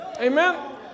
Amen